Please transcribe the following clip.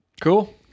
Cool